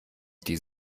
die